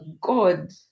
God